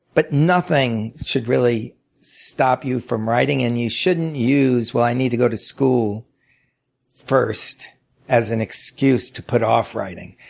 but nothing should really stop you from writing and you shouldn't use i need to go to school first as an excuse to put off writing.